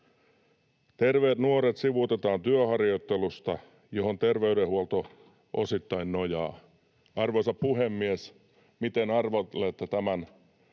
Terveet nuoret sivuutetaan työharjoittelusta, johon terveydenhuolto osittain nojaa. Arvoisa puhemies! Miten arvelette tämän